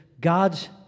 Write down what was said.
God's